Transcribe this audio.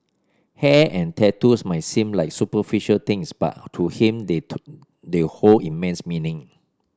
hair and tattoos might seem like superficial things but to him they they hold immense meaning